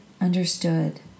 understood